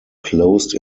closed